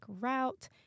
route